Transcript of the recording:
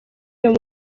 uyu